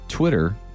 Twitter